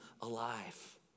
alive